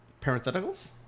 parentheticals